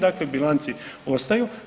Dakle, bilance ostaju.